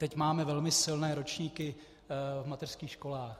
Teď máme velmi silné ročníky v mateřských školách.